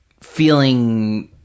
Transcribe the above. feeling